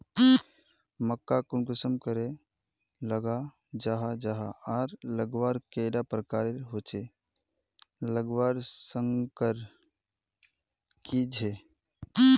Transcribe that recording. मक्का कुंसम करे लगा जाहा जाहा आर लगवार कैडा प्रकारेर होचे लगवार संगकर की झे?